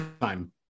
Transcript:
time